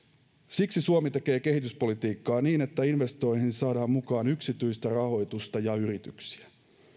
siksi suomi tekee kehityspolitiikkaa niin että investointeihin saadaan mukaan yksityistä rahoitusta ja yrityksiä